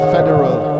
Federal